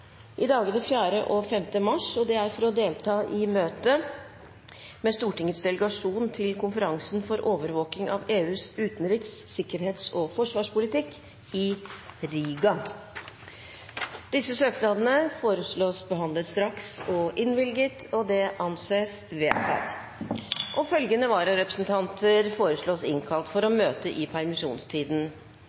i dagene 4. og 5. mars for å delta i møte med Stortingets delegasjon til konferansen for overvåking av EUs utenriks-, sikkerhets- og forsvarspolitikk i Riga Etter forslag fra presidenten ble enstemmig besluttet: Søknadene behandles straks og innvilges. Følgende vararepresentanter innkalles for å møte i permisjonstiden: